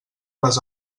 les